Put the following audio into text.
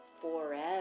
forever